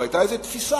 אבל היתה איזו תפיסה.